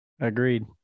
Agreed